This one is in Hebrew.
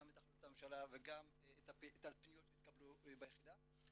גם את החלטות הממשלה וגם את הפניות שהתקבלו ביחידה.